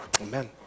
Amen